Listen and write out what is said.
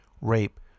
rape